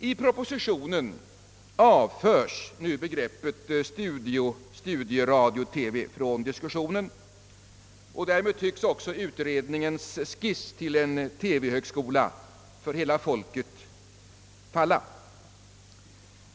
I propositionen avförs nu begreppet studieradio-TV ur diskussionen. Därmed tycks också utredningens skiss till en TV-högskola för hela folket falla.